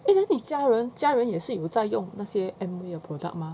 eh then 你家家人也是有在用 Amway 的 product mah